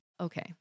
Okay